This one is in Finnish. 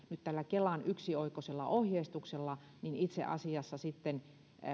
tällä kelan yksioikoisella ohjeistuksella itse asiassa